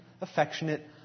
affectionate